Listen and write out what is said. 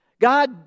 God